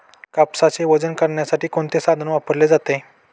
कापसाचे वजन करण्यासाठी कोणते साधन वापरले जाते?